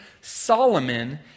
Solomon